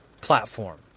platform